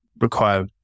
require